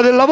tutte